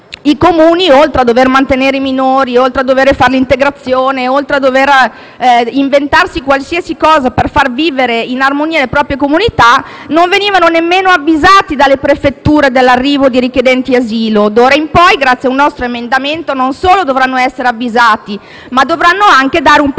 i Comuni, oltre a dover mantenere i minori, a dover fare l'integrazione e a doversi inventare qualsiasi cosa per far vivere in armonia le proprie comunità, non venivano nemmeno avvisati dalle prefetture dell'arrivo di richiedenti asilo. D'ora in poi, grazie a un nostro emendamento, non solo dovranno essere avvisati, ma dovranno anche esprimere un parere